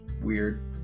weird